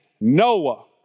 Noah